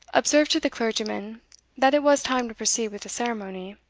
observed to the clergyman that it was time to proceed with the ceremony.